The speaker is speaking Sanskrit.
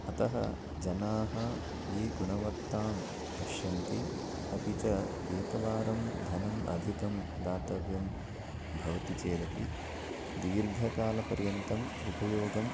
अतः जनाः ये गुणवत्तां पश्यन्ति अपि च एकवारं धनं अधिकं दातव्यं भवति चेदपि दीर्घकालपर्यन्तम् उपयोगम्